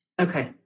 Okay